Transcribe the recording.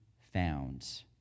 found